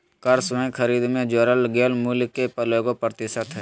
कर स्वयं खरीद में जोड़ल गेल मूल्य के एगो प्रतिशत हइ